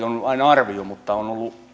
on aina arvio on ollut